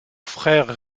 frères